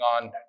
on